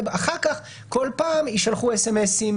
ואחר כך כל פעם יישלחו אס.אמ.אסים,